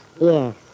Yes